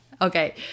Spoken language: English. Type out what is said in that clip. okay